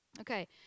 Okay